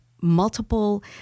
multiple